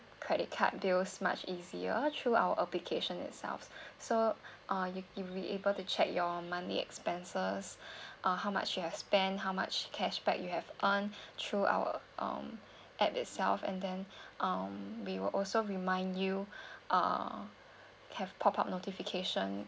credit card bills much easier through our application itself so uh you you'll able to check your monthly expenses uh how much you have spend how much cashback you have fund through our um app itself and then um we will also remind you uh have pop up notification